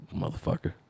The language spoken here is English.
Motherfucker